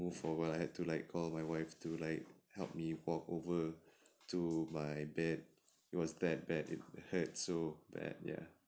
move for awhile I had to like call my wife to like help me walk over to my bed it was that bad it hurt so bad ya